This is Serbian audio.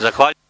Zahvaljujem.